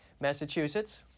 Massachusetts